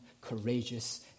courageous